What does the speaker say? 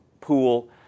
pool